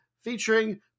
featuring